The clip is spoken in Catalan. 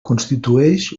constitueix